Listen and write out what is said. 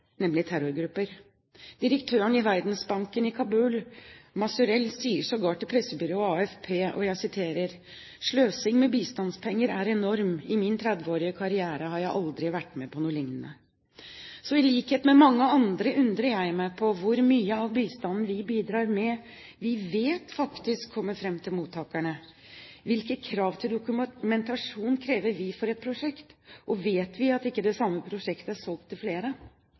nemlig terrorgrupper. Direktøren i Verdensbanken i Kabul, Mazurelle, sier sågar til pressebyrået AFP: Sløsingen med bistandspenger er enorm, i min 30-årige karriere har jeg aldri vært med på noe lignende. Så i likhet med mange andre undrer jeg meg på hvor mye av bistanden vi bidrar med, som vi vet faktisk kommer fram til mottakerne? Hvilke krav til dokumentasjon krever vi for et prosjekt? Og vet vi at ikke det samme prosjektet er solgt til flere?